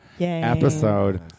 Episode-